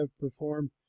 performed